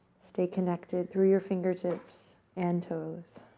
stay connected through your fingertips and toes.